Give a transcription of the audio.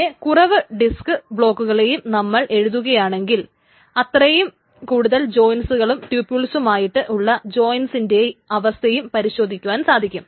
പിന്നെ കുറവ് ഡിസ്ക് ബ്ളോക്കുകളെ നമ്മൾ എഴുതുകയാണെങ്കിൽ അത്രയും കൂടുതൽ ജോയിന്റ്സുകളും ട്യൂപൂൾസുകളുമായിട്ട് ഉള്ള ജോയിന്റ്സിന്റെ അവസ്ഥയും പരിശോധിക്കുവാൻ സാധിക്കും